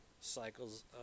cycles